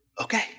okay